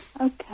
Okay